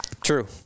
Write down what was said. True